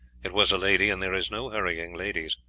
it was a lady, and there is no hurrying ladies.